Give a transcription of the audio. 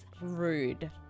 rude